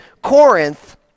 Corinth